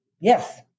Yes